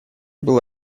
был